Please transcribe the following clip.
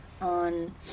on